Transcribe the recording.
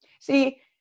See